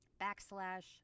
backslash